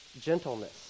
gentleness